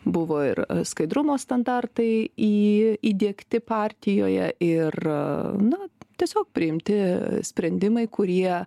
buvo ir skaidrumo standartai į įdiegti partijoje ir na tiesiog priimti sprendimai kurie